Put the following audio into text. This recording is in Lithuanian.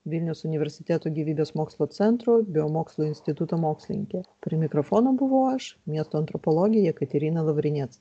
vilniaus universiteto gyvybės mokslų centro biomokslų instituto mokslininke prie mikrofono buvau aš miesto antropologė jekaterina lavrinec